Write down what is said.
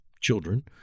children